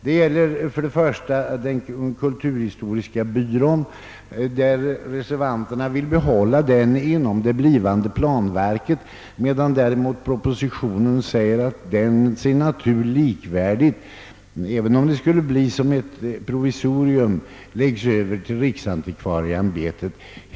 Det gäller främst den kulturhistoriska byrån, som reservanterna vill behålla inom det blivande planverket, medan det däremot föreslås i propositionen att byrån sin signatur likmätigt, även om det skulle bli i form av ett provisorium, överförs till riksantikvarieämbetet.